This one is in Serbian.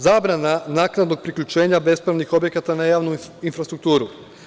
Zabrana naknadnog priključenja bespravnih objekata na javnu infrastrukturu.